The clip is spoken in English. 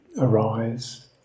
arise